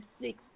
six